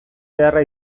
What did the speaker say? beharra